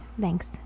thanks